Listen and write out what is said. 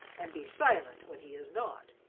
and be silent when he is not.